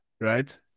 right